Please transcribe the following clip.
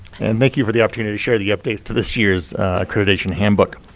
and thank you for the opportunity to share the updates to this year's accreditation handbook.